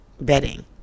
bedding